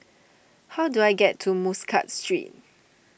how do I get to Muscat Street